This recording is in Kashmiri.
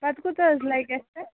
پَتہِ کوتاہ حظ لَگہِ اَسہِ تَتھ